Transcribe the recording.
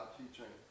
teaching